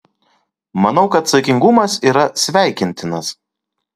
manau kad saikingumas yra sveikintinas